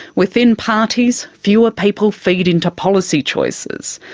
within parties, fewer people feed into policy choices,